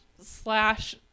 slash